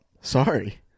Sorry